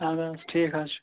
اَدٕ حظ ٹھیٖک حظ چھُ